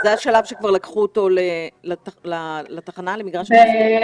זה השלב שכבר לקחו אותו לתחנה, למגרש הרוסים?